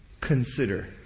consider